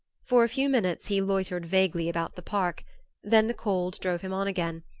for a few minutes he loitered vaguely about the park then the cold drove him on again,